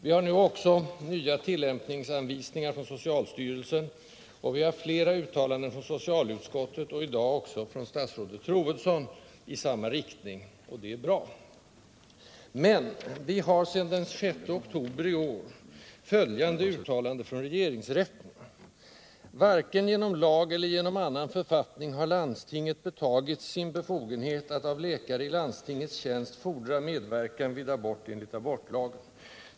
Vi har nu nya tillämpningsanvisningar från socialstyrelsen, vi har flera uttalanden från socialutskottet och i dag också från statsrådet Troedsson i samma riktning, och det är bra. Men sedan den 6 oktober i år har vi följande uttalande från regeringsrätten: ”Varken genom lag eller genom annan författning har landstinget betagits sin befogenhet att av läkare i landstingets tjänst fordra medverkan vid abort enligt abortlagen.